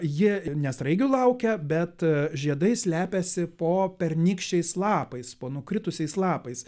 ji ne sraigių laukia bet žiedai slepiasi po pernykščiais lapais po nukritusiais lapais